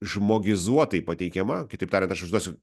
žmogizuotai pateikiama kitaip tariant aš užduosiu